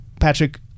Patrick